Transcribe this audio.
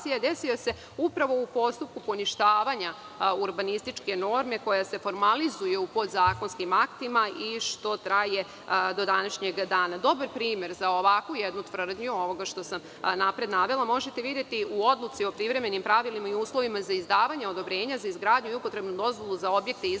desio se upravo u postupku poništavanja urbanističke norme koja se formalizuje u podzakonskim aktima i što traje do današnjeg dana. Dobar primer za ovakvu jednu tvrdnju ovog što sam napred navela možete videti u Odluci o privremenim pravilima i uslovima za izdavanje odobrenja za izgradnju i upotrebnu dozvolu za objekte izgrađene,